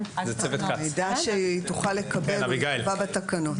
את המידע שהיא תוכל לקבל נקבע בתקנות.